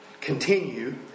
continue